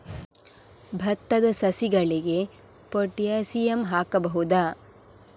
ಭತ್ತದ ಸಸಿಗಳಿಗೆ ಪೊಟ್ಯಾಸಿಯಂ ಹಾಕಬಹುದಾ?